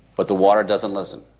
but the water doesn't listen.